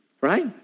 right